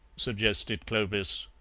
suggested clovis.